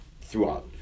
throughout